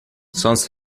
sonst